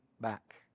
back